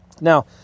Now